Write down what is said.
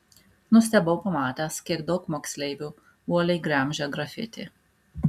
nustebau pamatęs kiek daug moksleivių uoliai gremžia grafiti